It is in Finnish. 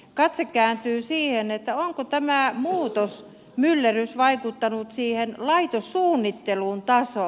katse kääntyy siihen onko tämä muutosmyllerrys vaikuttanut siihen laitossuunnittelun tasoon